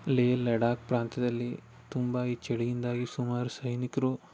ಲೇಹ್ ಲಡಾಖ್ ಪ್ರಾಂತ್ಯದಲ್ಲಿ ತುಂಬ ಚಳಿಯಿಂದಾಗಿ ಸುಮಾರು ಸೈನಿಕರು